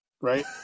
right